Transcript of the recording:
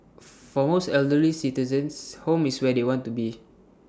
for most elderly citizens home is where they want to be